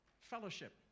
fellowship